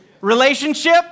Relationship